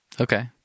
Okay